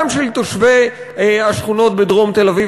גם של תושבי השכונות בדרום תל-אביב,